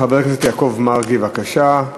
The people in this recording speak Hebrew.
חבר הכנסת יעקב מרגי, בבקשה.